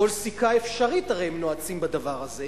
הרי כל סיכה אפשרית הם נועצים בדבר הזה.